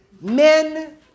men